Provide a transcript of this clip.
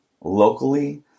locally